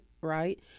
Right